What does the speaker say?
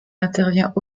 intervient